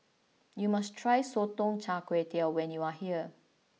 you must try Sotong Char Kway when you are here